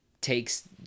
takes